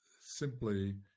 simply